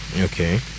Okay